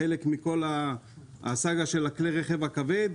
הם חלק מכל הסאגה של כלי הרכב הכבדים,